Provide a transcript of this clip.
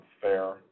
fair